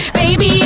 baby